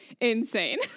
insane